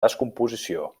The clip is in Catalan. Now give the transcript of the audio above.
descomposició